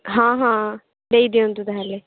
ହଁ ହଁ ଦେଇ ଦିଅନ୍ତୁ ତା'ହେଲେ